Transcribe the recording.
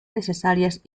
necesarias